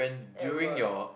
at work